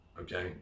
okay